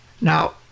Now